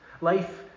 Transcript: Life